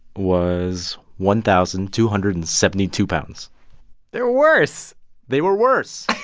was one thousand two hundred and seventy two pounds they're worse they were worse.